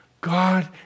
God